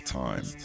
time